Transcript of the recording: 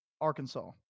Arkansas